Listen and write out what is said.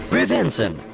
Prevention